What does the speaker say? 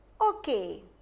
Okay